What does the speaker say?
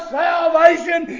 salvation